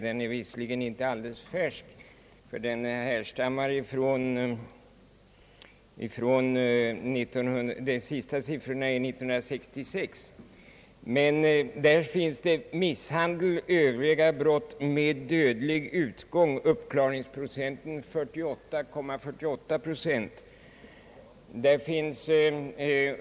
Statistiken är visserligen inte alldeles färsk, eftersom de senaste siffrorna avser år 1966. Enligt statistiken är uppklaringsprocenten för misshandel och övriga brott med dödlig utgång 48,8.